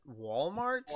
Walmart